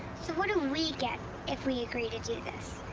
so what do we get if we agree to do this?